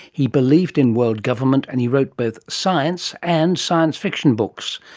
he believed in world government, and he wrote both science and science fiction books.